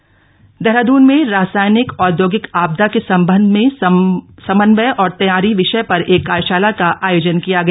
कार्य शाला देहरादून में रासायनिक औद्योगिक आपदा के संदर्भ में समन्वय और तैयारी विषय पर एक कार्यशाला का आयोजन किया गया